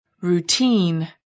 routine